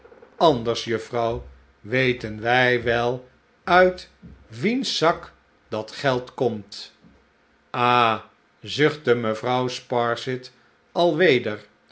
anders juffrouw weten wij wel uit wiens zak dat geld komt ah h zuchtte mevrouw sparsit alweder